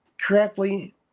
correctly